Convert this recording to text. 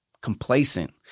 complacent